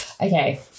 okay